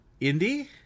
Indie